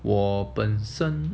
我本身